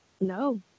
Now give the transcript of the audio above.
no